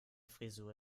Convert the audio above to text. frisur